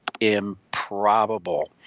Improbable